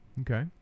Okay